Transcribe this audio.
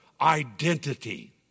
Identity